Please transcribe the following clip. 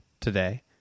today